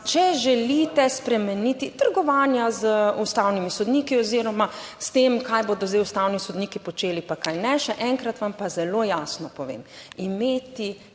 če želite spremeniti trgovanja z ustavnimi sodniki oziroma s tem, kaj bodo zdaj ustavni sodniki počeli, pa kaj ne. Še enkrat vam pa zelo jasno povem, imeti